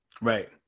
Right